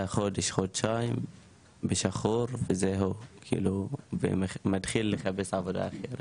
חודש-חודשיים ב"שחור" וזהו כאילו ומתחיל לחפש עבודה אחרת